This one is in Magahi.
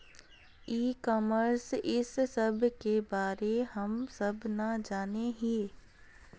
ई कॉमर्स इस सब के बारे हम सब ना जाने हीये?